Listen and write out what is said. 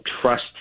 trust